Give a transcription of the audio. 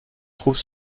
troupe